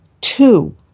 two